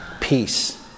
Peace